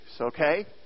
okay